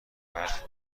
برف